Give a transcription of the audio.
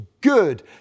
good